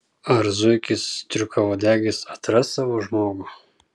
ar zuikis striukauodegis atras savo žmogų